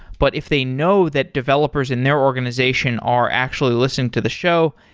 but if they know that developers in their organization are actually listening to the show,